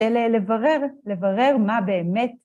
‫ולברר, לברר מה באמת.